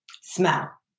smell